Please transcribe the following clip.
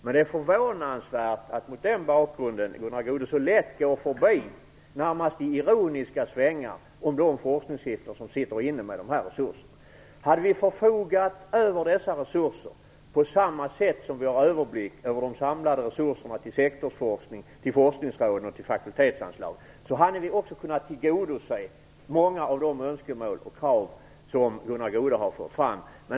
Men det är förvånansvärt att Gunnar Goude mot den bakgrunden så lätt går förbi, närmast i ironiska svängar, de forskningsstiftelser som sitter inne med de här resurserna. Hade vi förfogat över dessa resurser på samma sätt som vi har överblick över de samlade resurserna till sektorsforskning, till forskningsråden och till fakultetsanslag, hade vi också kunnat tillgodose många av de önskemål och krav som Gunnar Goude har fört fram.